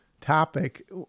topic